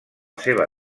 seva